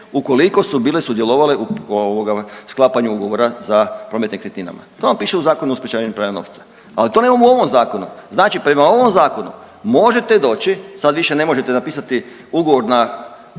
ukoliko su bile sudjelovale u ovoga sklapanju ugovora za promet nekretninama, to vam piše u Zakonu o sprječavanju pranja novca, ali to nemamo u ovom zakonu. Znači prema ovom zakonu možete doći, sad više ne možete napisati ugovor na